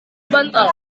bantal